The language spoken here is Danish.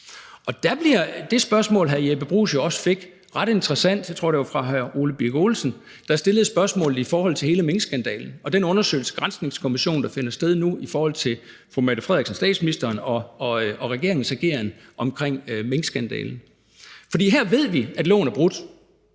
Og der bliver det spørgsmål, hr. Jeppe Bruus jo også fik, ret interessant. Jeg tror, det var hr. Ole Birk Olesen, der stillede spørgsmålet i forhold til hele minkskandalen og den undersøgelse i en granskningskommission, der finder sted nu, i forhold til statsministerens og regeringens ageren i forbindelse med minkskandalen. For her ved vi, at loven blev brudt;